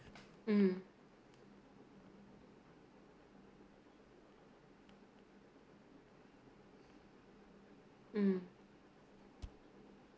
mm mm